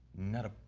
not a